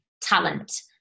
talent